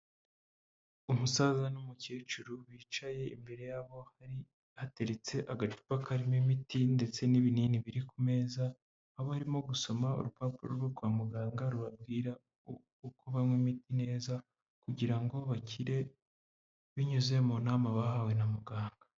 Umusaza n'umukecuru bicaye imbere yabo hari hateretse agacupa karimo imiti ndetse n'ibinini biri ku meza, aho barimo gusoma urupapuro rwo kwa muganga rubabwira uko banywa imiti neza kugira ngo bakire binyuze mu nama bahawe na muganga.